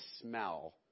smell